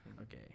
Okay